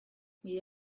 bide